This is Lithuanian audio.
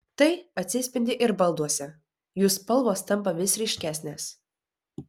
tai atsispindi ir balduose jų spalvos tampa vis ryškesnės